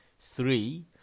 Three